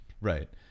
Right